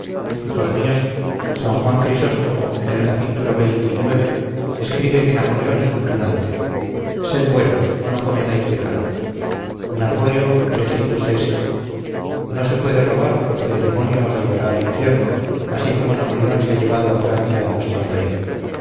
hijos míos san juan crisóstomo en el capítulo veinte y nueve escribe que napoleón es un tunante sed buenos no cometáis pecado napoleo precitus est no se debe robar porque el demonio os llevará al infierno así como napoleón se ha llevado a francia a nuestro rey